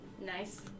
Nice